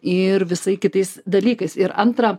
ir visai kitais dalykais ir antra